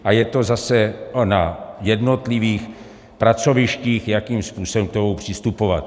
A je to zase na jednotlivých pracovištích, jakým způsobem k tomu přistupovat.